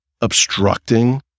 obstructing